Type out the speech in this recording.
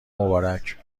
مبارک